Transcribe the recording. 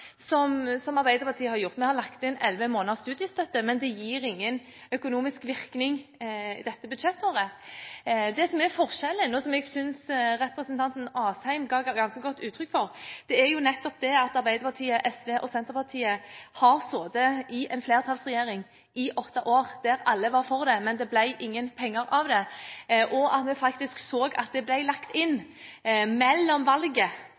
samme som Arbeiderpartiet har gjort – lagt inn elleve måneders studiestøtte, men det gir ingen økonomisk virkning dette budsjettåret. Det som er forskjellen, og som jeg synes representanten Asheim ga ganske godt uttrykk for, er nettopp det at Arbeiderpartiet, SV og Senterpartiet har sittet i åtte år i en flertallsregjering der alle var for det, men det ble ingen penger av det. En så at det ble lagt inn etter at man hadde tapt valget,